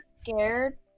scared